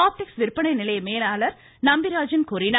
ஆப்டெக்ஸ் விற்பனை நிலைய மேலாளர் நம்பிராஜன் கூறினார்